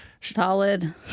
Solid